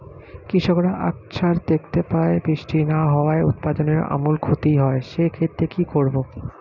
কৃষকরা আকছার দেখতে পায় বৃষ্টি না হওয়ায় উৎপাদনের আমূল ক্ষতি হয়, সে ক্ষেত্রে কি করব?